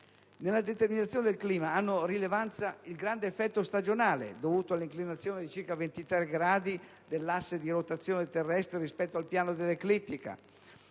Nella determinazione del clima hanno rilevanza il grande effetto stagionale, dovuto all'inclinazione di circa 23 gradi dell'asse di rotazione terrestre rispetto al piano dell'eclittica,